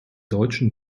deutschen